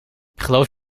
geloof